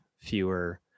fewer